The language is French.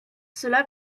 cela